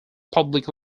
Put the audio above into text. public